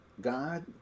God